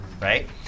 right